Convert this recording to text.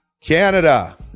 Canada